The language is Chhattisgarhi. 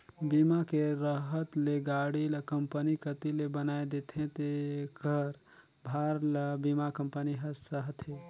बीमा के रहत ले गाड़ी ल कंपनी कति ले बनाये देथे जेखर भार ल बीमा कंपनी हर सहथे